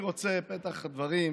אני רוצה, בפתח הדברים,